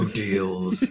deals